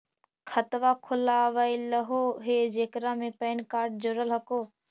खातवा खोलवैलहो हे जेकरा मे पैन कार्ड जोड़ल हको?